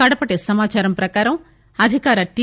కడపటి సమాచారం ప్రకారం అధికార టి